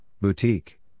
Boutique